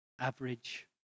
average